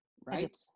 right